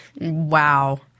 Wow